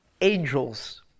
angels